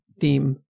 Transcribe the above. theme